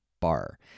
bar